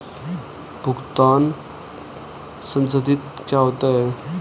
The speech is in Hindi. भुगतान संसाधित क्या होता है?